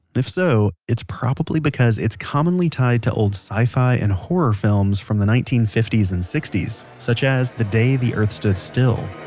if so, it's probably because it's commonly tied to old sci-fi and horror films from the nineteen fifty s and sixty s, such as the day the earth stood still